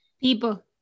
People